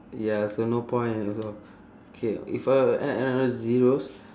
ya so no point also K if I would add another zeroes